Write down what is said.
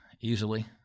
easily